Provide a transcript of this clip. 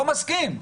לא מסכים.